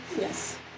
Yes